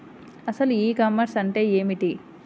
అసలు e-commerce అంటే ఏమిటి?